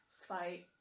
fight